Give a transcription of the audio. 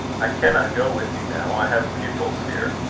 i cannot go with you now. i have pupils here.